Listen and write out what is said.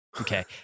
Okay